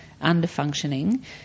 under-functioning